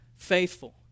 faithful